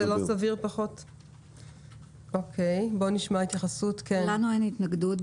לנו אין התנגדות.